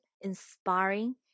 inspiring